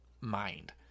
mind